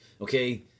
okay